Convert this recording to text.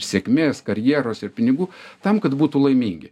sėkmės karjeros ir pinigų tam kad būtų laimingi